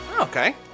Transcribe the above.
Okay